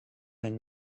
and